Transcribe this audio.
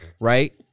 right